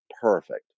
perfect